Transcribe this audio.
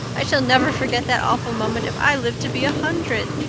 i shall never forget that awful moment if i live to be a hundred.